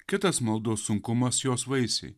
kitas maldos sunkumas jos vaisiai